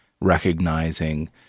recognizing